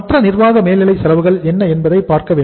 மற்ற நிர்வாக மேல்நிலை செலவுகள் என்ன என்பதை பார்க்க வேண்டும்